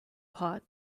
pot